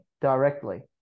directly